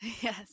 yes